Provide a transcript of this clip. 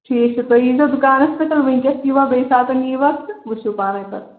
ٹھیٖک چھُ تُہۍ یی زیو دُکانَس پٮ۪ٹھ وٕنکٮ۪س یی وا بیٚیہِ ساتہٕ یی وا تہٕ وٕچھو پانَے پَتہٕ